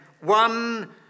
one